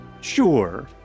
sure